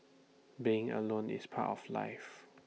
being alone is part of life